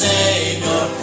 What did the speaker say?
Savior